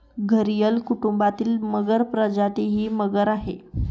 घरियल कुटुंबातील मगर प्रजाती ही मगर आहे